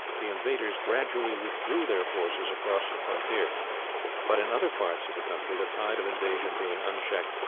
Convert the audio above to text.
the invaders gradually withdrew their forces across the frontier but in other parts of the country, the tide of invasion being unchecked,